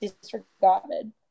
disregarded